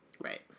right